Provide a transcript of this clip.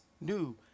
new